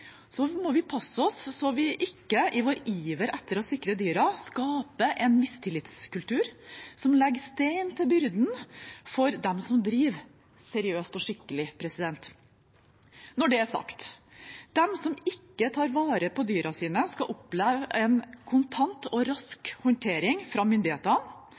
Så vi må passe oss så vi ikke i iveren etter å sikre dyrene skaper en mistillitskultur som legger stein til byrden for dem som driver seriøst og skikkelig. Når det er sagt: De som ikke tar vare på dyrene sine, skal oppleve en kontant og rask håndtering fra myndighetene.